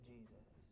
Jesus